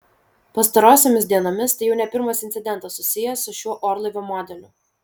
pastarosiomis dienomis tai jau ne pirmas incidentas susijęs su šiuo orlaivio modeliu